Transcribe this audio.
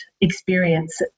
experience